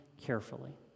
carefully